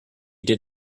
did